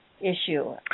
Issue